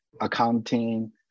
accounting